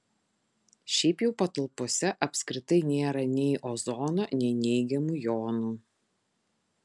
šiaip jau patalpose apskritai nėra nei ozono nei neigiamų jonų